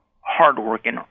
hardworking